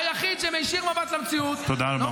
היחיד שמישיר מבט למציאות -- תודה רבה.